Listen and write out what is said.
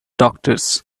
doctors